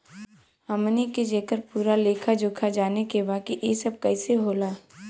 हमनी के जेकर पूरा लेखा जोखा जाने के बा की ई सब कैसे होला?